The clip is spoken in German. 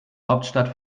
hauptstadt